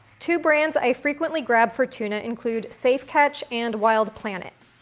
two brands i frequently grab for tuna include safe catch and wild planet.